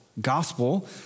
Gospel